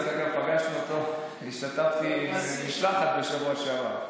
דרך אגב, פגשתי אותו, השתתפתי במשלחת בשבוע שעבר.